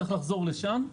צריך לחזור לשם,